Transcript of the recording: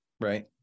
Right